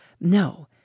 no